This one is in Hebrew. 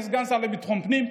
כסגן שר לביטחון פנים,